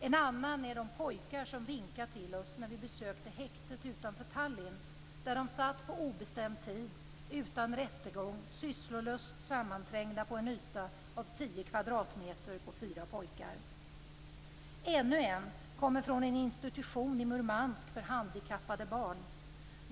En annan är de pojkar som vinkade till oss när vi besökte häktet utanför Tallinn, där de satt på obestämd tid utan rättegång, sysslolöst sammanträngda på en yta av 10 m2 på fyra pojkar. Ännu en kommer från en institution i Murmansk för handikappade barn.